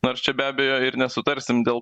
nors čia be abejo ir nesutarsim dėl